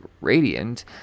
Radiant